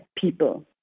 people